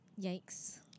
Yikes